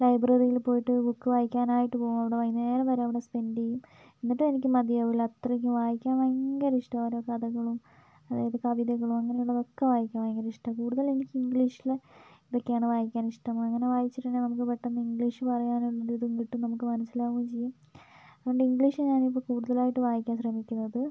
ലൈബ്രറീല് പോയിട്ട് ബുക്ക് വായിക്കാനായിട്ട് പോവും അവിടെ വൈകുന്നേരം വരെ അവിടെ സ്പെൻഡ് ചെയ്യും എന്നിട്ടും എനിക്ക് മതിയാവൂല അത്രക്കും വായിക്കാൻ ഭയങ്കരിഷ്ടമാണ് ഓരോ കഥകളും അതായത് കവിതകളും അങ്ങനെയുള്ളതൊക്കെ വായിക്കാൻ ഭയങ്കരിഷ്ടമാണ് കൂടുതൽ എനിക്ക് ഇംഗ്ലീഷിൽ ഇതൊക്കെയാണ് വായിക്കാനിഷ്ടം അങ്ങനെ വായിച്ചിട്ടുണ്ടെങ്കിൽ നമുക്ക് പെട്ടന്ന് ഇംഗ്ലീഷ് പറയാനുള്ളിതും കിട്ടും നമുക്ക് മനസിലാവൂം ചെയ്യും അതുകൊണ്ട് ഇംഗ്ലീഷ് ഞാനിപ്പോൾ കൂടുതലായിട്ടും വായിക്കാൻ ശ്രമിക്കുന്നത്